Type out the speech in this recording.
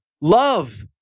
love